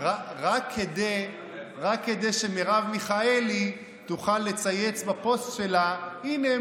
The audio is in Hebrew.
רק כדי שמרב מיכאלי תוכל לצייץ בפוסט שלה: הינה,